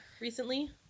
recently